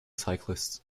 cyclist